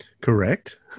Correct